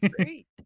Great